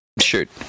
Shoot